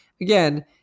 Again